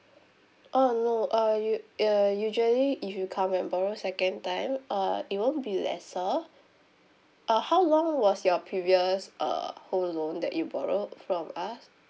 oh no uh you uh usually if you come and borrow second time uh it won't be lesser uh how long was your previous uh home loan that you borrowed from us